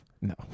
No